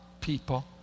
people